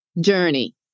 journey